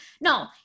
No